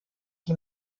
die